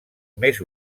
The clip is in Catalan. més